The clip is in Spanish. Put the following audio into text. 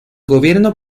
gobierno